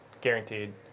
guaranteed